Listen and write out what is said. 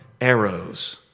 arrows